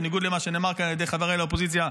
בניגוד למה שנאמר כאן על ידי חבריי לאופוזיציה.